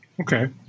okay